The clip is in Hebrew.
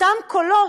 אותם קולות,